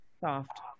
Soft